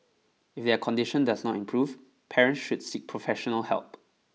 if their condition does not improve parents should seek professional help